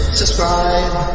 subscribe